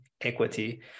equity